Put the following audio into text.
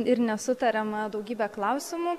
ir nesutariama daugybe klausimų